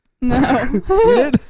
No